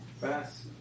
fast